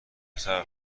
صبر